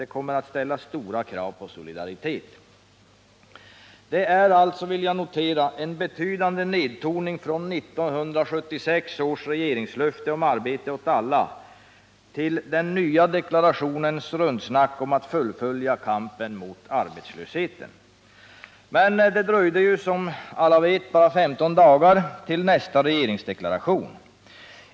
Det kommer att ställas stora krav på solidaritet.” Jag vill understryka att det alltså är en betydande nedtoning från 1976 års regeringslöfte om arbete åt alla till den nya deklarationens rundsnack om att ”fullfölja kampen mot arbetslösheten”. Men det dröjde som alla vet bara 15 dagar till nästa regeringsdeklaration.